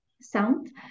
sound